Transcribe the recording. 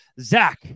Zach